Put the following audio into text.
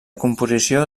composició